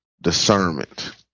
discernment